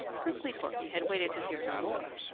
prickly porky had waited to hear no more.